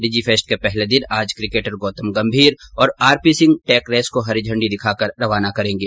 Digifest के पहले दिन आज किकेटर गौतम गंभीर और R P Singh tech race को हरी झंडी दिखाकर रवाना करेंगे